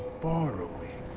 borrowing,